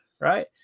right